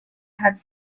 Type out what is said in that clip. had